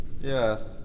Yes